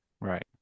Right